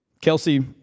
Kelsey